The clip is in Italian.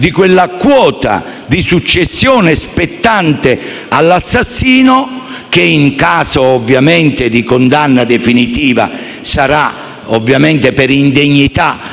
Anche in questo caso, le osservazioni si vanificano, perché ben possono il curatore e il giudice della successione